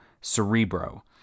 Cerebro